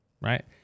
right